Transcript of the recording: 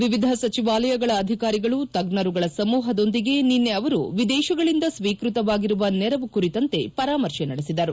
ವಿವಿಧ ಸಚಿವಾಲಯಗಳ ಅಧಿಕಾರಿಗಳು ತಜ್ಞರುಗಳ ಸಮೂಪದೊಂದಿಗೆ ನಿನ್ನೆ ಅವರು ವಿದೇಶಗಳಿಂದ ಸ್ನೀಕೃತವಾಗಿರುವ ನೆರವು ಕುರಿತಂತೆ ಪರಾಮರ್ಶೆ ನಡೆಸಿದರು